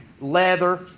leather